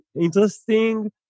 interesting